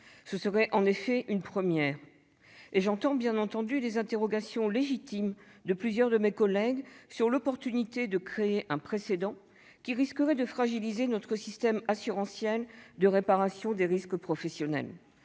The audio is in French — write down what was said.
Ce serait en effet une première. J'entends, bien entendu, les interrogations légitimes de plusieurs de mes collègues sur l'opportunité de créer un précédent, qui risquerait de fragiliser notre système assurantiel de réparation des risques professionnels.